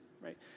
right